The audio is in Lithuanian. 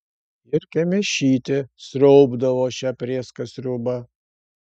ir kemėšytė sriaubdavo šią prėską sriubą